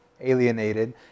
Alienated